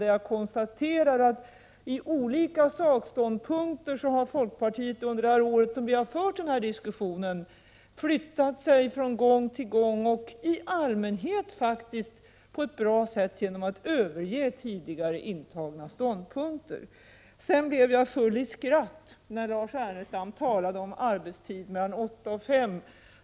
Där kan jag konstatera att folkpartiet under det år som vi fört den här diskussionen har flyttat sina ståndpunkter från gång till gång — i allmänhet på ett bra sätt, genom att man har övergett tidigare intagna ståndpunkter. Jag blev sedan full i skratt när Lars Ernestam talade om arbetstid mellan 8 och 5.